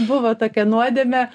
buvo tokia nuodėmė